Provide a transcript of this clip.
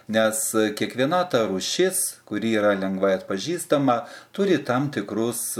nes kiekviena rūšis kuri yra lengvai atpažįstama turi tam tikrus